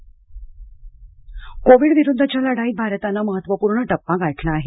Covid covid विरुद्धच्या लढाईत भारताने महत्त्वपूर्ण टप्पा गाठला आहे